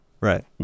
Right